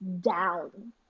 down